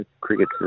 cricket